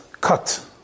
cut